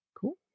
cool